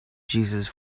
jesus